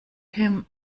him